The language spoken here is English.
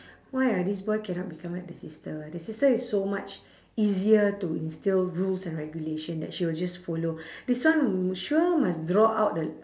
why ah this boy cannot become like the sister the sister is so much easier to instil rules and regulation that she'll just follow this one sure must draw out the